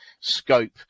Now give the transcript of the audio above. scope